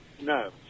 no